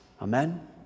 Amen